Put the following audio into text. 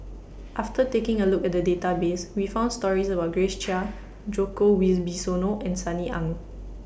after taking A Look At The Database We found stories about Grace Chia Djoko Wibisono and Sunny Ang